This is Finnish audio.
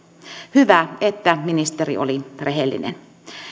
hyvä että ministeri oli rehellinen